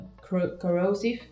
corrosive